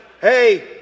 hey